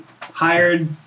hired